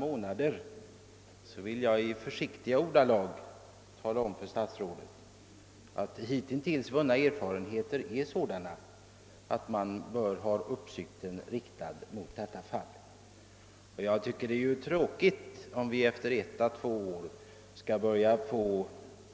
Jag vill endast i försiktiga ordalag tala om att hittills efter fyra månader vunna erfarenheter är sådana att man bör ha uppmärksamheten riktad på denna fråga. Jag tycker det är tråkigt om vi efter ett å två år skulle få